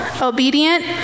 obedient